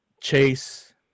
chase